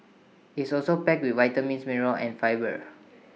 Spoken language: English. it's also packed with vitamins minerals and fibre